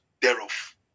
thereof